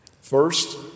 First